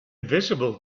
visible